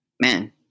man